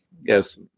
Yes